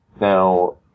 Now